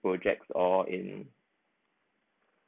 project or in